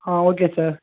ah okay sir